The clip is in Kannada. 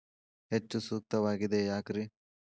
ಹೆಚ್ಚು ಸೂಕ್ತವಾಗಿದೆ ಯಾಕ್ರಿ?